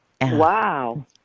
Wow